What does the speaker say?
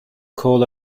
coal